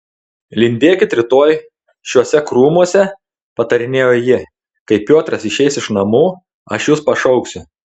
lindėkit rytoj šiuose krūmuose patarinėjo ji kai piotras išeis iš namų aš jus pašauksiu